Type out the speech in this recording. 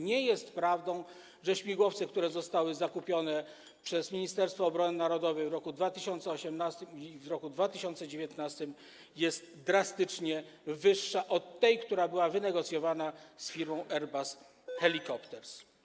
Nie jest prawdą, że cena śmigłowców, które zostały zakupione przez Ministerstwo Obrony Narodowej w roku 2018 i w roku 2019, jest drastycznie wyższa od tej, która była wynegocjowana z firmą Airbus Helicopters.